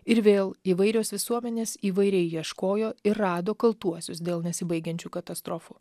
ir vėl įvairios visuomenės įvairiai ieškojo ir rado kaltuosius dėl nesibaigiančių katastrofų